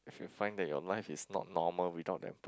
if you find that your life is not normal without that per~